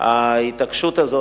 ההתעקשות הזאת,